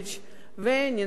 ונינו אבסדזה.